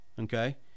okay